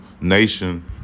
nation